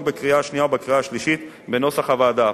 בקריאה השנייה ובקריאה השלישית בנוסח הוועדה.